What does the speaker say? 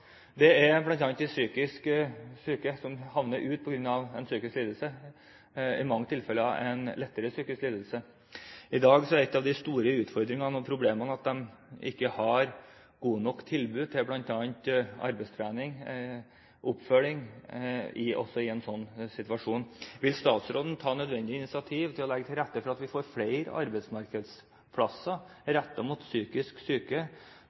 havner utenfor, bl.a. de psykisk syke – i mange tilfeller på grunn av en lettere psykisk lidelse. I dag er en av de store utfordringene og problemene at de ikke har gode nok tilbud om bl.a. arbeidstrening og oppfølging i den situasjonen. Vil statsråden ta nødvendige initiativ for å legge til rette for at vi får flere arbeidsmarkedsplasser rettet mot psykisk syke,